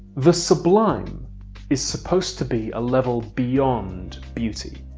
the sublime is supposed to be a level beyond beauty.